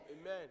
Amen